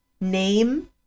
name